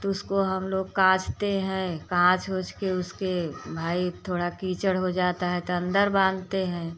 तो उसको हम लोग काछते है काछ वुछ कर उसके भाई थोड़ा कीचड़ हो जाता है ट अंदर बांधते है